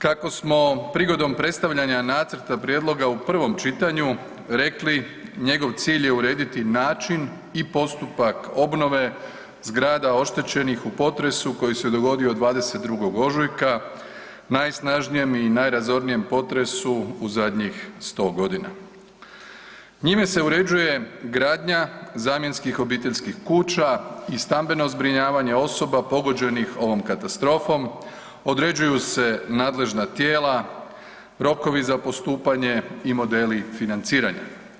Kako smo prigodom predstavljanja nacrta prijedloga u prvom čitanju rekli njegov cilj je urediti način i postupak obnove zgrada oštećenih u potresu koji se dogodio 22. ožujka, najsnažnijem i najrazornijem potresu u zadnjih 100.g. Njime se uređuje gradnja zamjenskih obiteljskih kuća i stambeno zbrinjavanje osoba pogođenih ovom katastrofom, određuju se nadležna tijela, rokovi za postupanje i modeli financiranja.